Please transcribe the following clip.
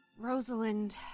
Rosalind